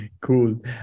Cool